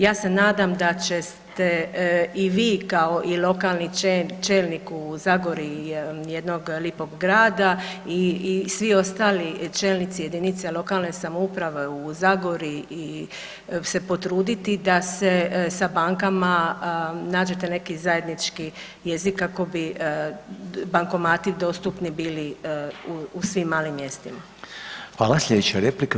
Ja se nadam da ćete i vi kao i lokalni čelnik u Zagori jednog lipog grada, i svi ostali čelnici jedinice lokalne samouprave u Zagori se potruditi da se sa bankama nađete neki zajednički jezik, kako bi bankomati dostupni bili u svim malim mjestima.